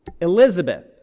Elizabeth